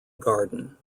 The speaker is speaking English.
garden